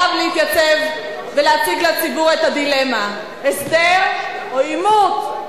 עליו להתייצב ולהציג לציבור את הדילמה: הסדר או עימות,